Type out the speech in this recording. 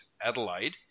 Adelaide